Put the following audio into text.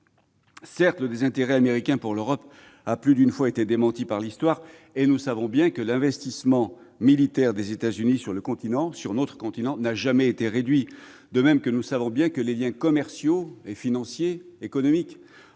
Certes, le désintérêt américain pour l'Europe a plus d'une fois été démenti par l'histoire, et nous savons bien que l'investissement militaire des États-Unis sur notre continent n'a jamais été réduit et que leurs liens commerciaux, financiers et économiques